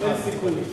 אין סיכוי.